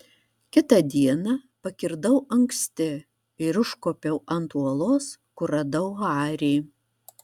kitą dieną pakirdau anksti ir užkopiau ant uolos kur radau harį